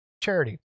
charity